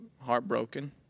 heartbroken